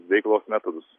veiklos metodus